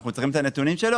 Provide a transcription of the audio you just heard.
אנחנו צריכים את הנתונים שלו,